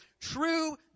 true